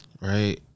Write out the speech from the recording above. Right